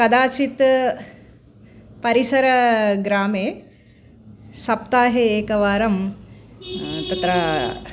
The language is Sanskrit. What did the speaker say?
कदाचित् परिसरग्रामे सप्ताहे एकवारं तत्र